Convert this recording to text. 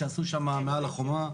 שעשו שם מעל החומה.